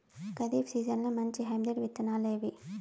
ఖరీఫ్ సీజన్లలో మంచి హైబ్రిడ్ విత్తనాలు ఏవి